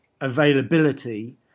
availability